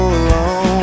alone